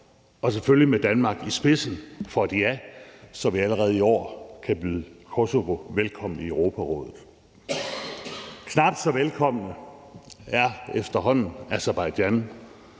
– selvfølgelig med Danmark i spidsen for et ja, så vi allerede i år kan byde Kosovo velkommen i Europarådet. Knap så velkommen er efterhånden Aserbajdsjan.